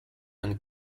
and